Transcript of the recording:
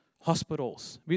hospitals